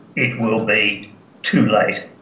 it will be too late.